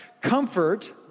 comfort